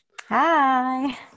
Hi